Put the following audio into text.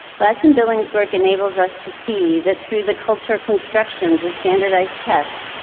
ladson-billings's work enables us to see that through the culture constructions of standardized tests,